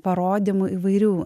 parodymų įvairių